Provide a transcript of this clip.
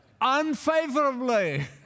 Unfavorably